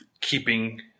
keeping